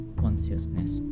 consciousness